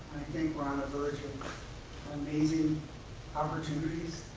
think we're on the verge of amazing opportunities.